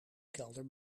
kelder